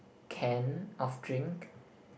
can of drink